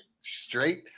Straight